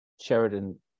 Sheridan